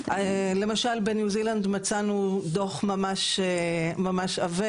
למשל, בניו זילנד מצאנו דו"ח ממש עבה.